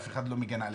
אף אחד לא מגן עליכם,